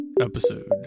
episode